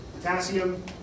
potassium